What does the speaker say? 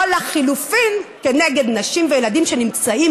או לחלופין כנגד נשים וילדים שנמצאים